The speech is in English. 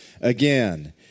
Again